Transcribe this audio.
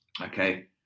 okay